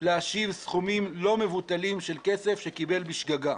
להשיב סכומים לא מבוטלים של כסף שקיבל בשגגה.